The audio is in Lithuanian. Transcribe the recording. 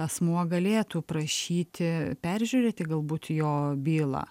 asmuo galėtų prašyti peržiūrėti galbūt jo bylą